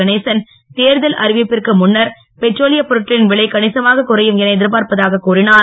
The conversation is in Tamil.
கணேசன் தேர்தல் அறிவிப்பிற்கு முன்னர் பெட்ரோலியப் பொருட்களின் விலை கணிசமாகக் குறையும் என எதிர்பார்ப்பதாகக் கூறிஞர்